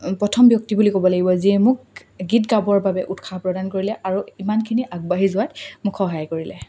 প্ৰথম ব্যক্তি বুলি ক'ব লাগিব যিয়ে মোক গীত গাবৰ বাবে উৎসাহ প্ৰদান কৰিলে আৰু ইমানখিনি আগবাঢ়ি যোৱাত মোক সহায় কৰিলে